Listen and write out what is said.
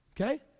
okay